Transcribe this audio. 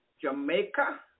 Jamaica